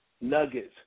nuggets